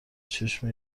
چشم